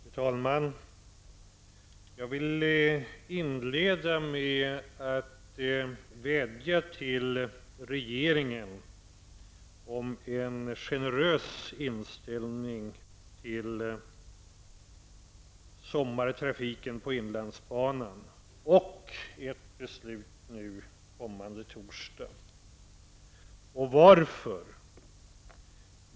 Fru talman! Jag vill inleda mitt anförande med en vädjan till regeringen om en generös inställning till sommartrafiken på inlandsbanan och om ett beslut kommande torsdag. Varför?